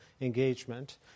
engagement